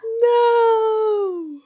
No